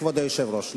כבוד היושב-ראש,